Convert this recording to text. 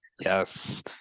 Yes